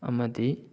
ꯑꯃꯗꯤ